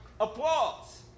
applause